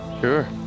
Sure